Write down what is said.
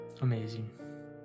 amazing